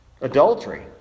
Adultery